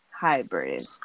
hybrid